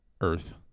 earth